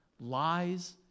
lies